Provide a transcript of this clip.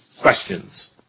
questions